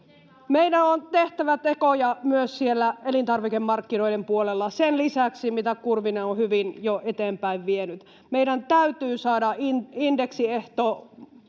Meidän on tehtävä tekoja myös siellä elintarvikemarkkinoiden puolella sen lisäksi, mitä Kurvinen on hyvin jo eteenpäin vienyt. Meidän täytyy saada indeksiehto